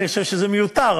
אני חושב שזה מיותר,